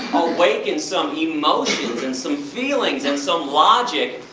awaken some emotions and some feelings and some logic,